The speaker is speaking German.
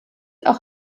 auch